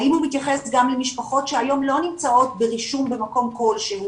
האם הוא מתייחס גם למשפחות שהיום לא נמצאות ברישום כלשהו,